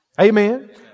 Amen